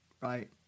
right